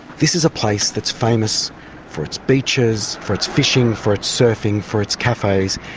this is a place that's famous for its beaches, for its fishing, for its surfing, for its cafes,